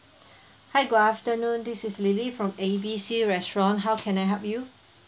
hi good afternoon this is lily from A B C restaurant how can I help you